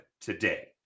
today